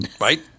right